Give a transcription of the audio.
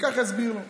וככה הסביר לו.